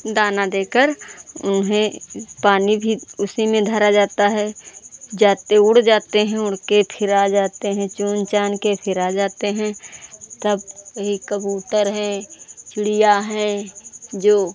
दाना देकर उन्हें पानी भी उसी में धरा जाता है जाते उड़ जाते है उड़ कर फिर आ जाते हैं चुन चान के फिर आ जाते हैं तब यही कबूतर है चिड़ियाँ है जो